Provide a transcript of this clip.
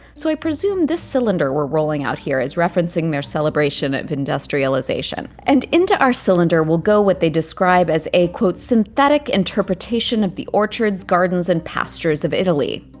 so i presume this cylinder we're rolling out here is referencing their celebration of industrialization. and into our cylinder will go what they describe as a quote synthetic interpretation of the orchards, gardens, and pastures of italy.